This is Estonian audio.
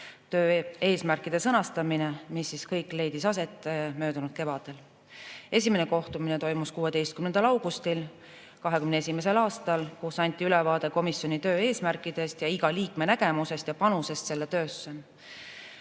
töö eesmärkide sõnastamine, mis kõik leidis aset möödunud kevadel. Esimene kohtumine toimus 16. augustil 2021. aastal, kui anti ülevaade komisjoni töö eesmärkidest ja iga liikme nägemusest ja panusest selle töösse.